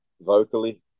vocally